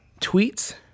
tweets